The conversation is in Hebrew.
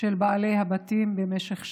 לבעלי הבתים במשך שנים.